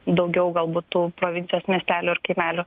daugiau galbūt tų provincijos miestelių ir kaimelių